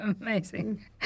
amazing